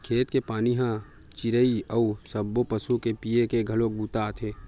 खेत के पानी ह चिरई अउ सब्बो पसु के पीए के घलोक बूता आथे